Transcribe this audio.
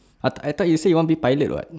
but I thought you say you want be pilot [what]